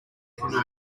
canoe